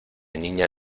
niña